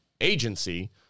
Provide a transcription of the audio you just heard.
agency